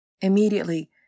Immediately